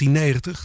1990